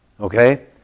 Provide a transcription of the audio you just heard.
Okay